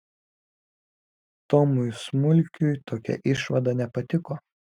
tomui smulkiui tokia išvada nepatiko